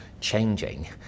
changing